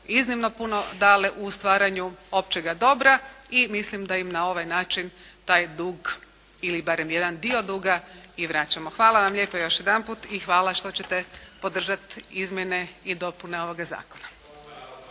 iznimno puno dale u stvaranju općega dobra i mislim da im na ovaj način taj dug ili barem jedan dio duga i vraćamo. Hvala vam lijepa još jedanput i hvala što ćete podržati izmjene i dopune ovoga Zakona.